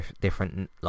different